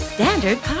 Standard